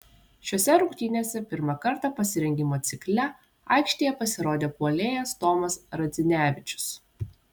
šiose rungtynėse pirmą kartą pasirengimo cikle aikštėje pasirodė puolėjas tomas radzinevičius